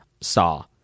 Saw